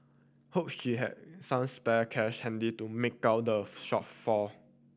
hope she had some spare cash handy to make out the shortfall